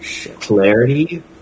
clarity